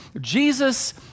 Jesus